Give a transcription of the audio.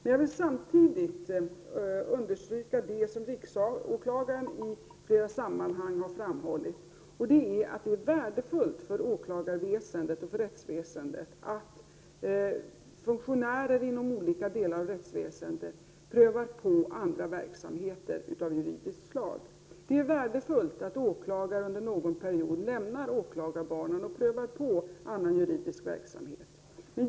Men jag vill samtidigt understryka det som riksåklagaren i flera sammanhang har framhållit, nämligen att det är värdefullt för åklagaroch rättsväsendet att funktionärer inom olika delar av rättsväsendet prövar på andra verksamheter av juridiskt slag. Det är värdefullt att åklagare under någon period lämnar åklagarbanan och prövar på annan juridisk verksamhet.